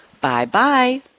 Bye-bye